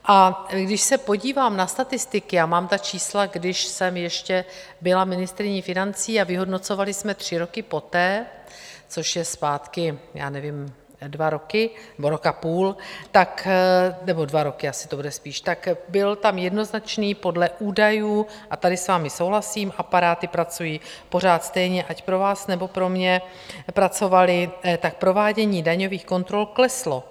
A když se podívám na statistiky, a mám ta čísla, když jsem ještě byla ministryní financí a vyhodnocovali jsme tři roky poté, což je zpátky, já nevím, dva roky, nebo rok a půl, nebo dva roky to budou asi spíš, tak byl tam jednoznačný podle údajů, a tady s vámi souhlasím, aparáty pracují pořád stejně ať pro vás, nebo pro mě pracovaly, tak provádění daňových kontrol kleslo.